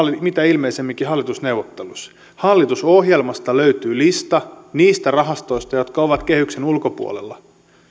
mitä ilmeisimminkin hallitusneuvotteluissa hallitusohjelmasta löytyy lista niistä rahastoista jotka ovat kehyksen ulkopuolella